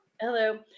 Hello